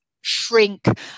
shrink